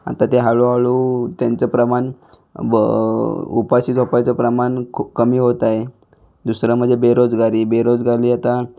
आता ते हळूहळू त्यांचं प्रमाण ब उपाशी झोपायचं प्रमाण खु कमी होत आहे दुसरं मजे बेरोजगारी बेरोजगारी आता